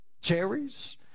cherries